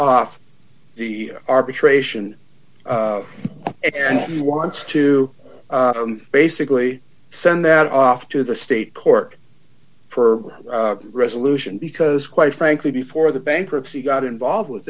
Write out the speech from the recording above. off the arbitration and he wants to basically send that off to the state court for resolution because quite frankly before d the bankruptcy got involved with